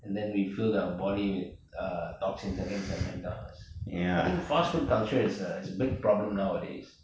and then we filled our bodies with toxins again at mcdonald's I think fast food culture is a is a big problem nowadays